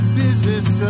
business